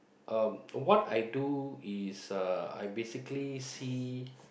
um what I do is uh I basically see